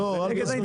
לא, אל תסביר.